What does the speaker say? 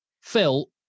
Phil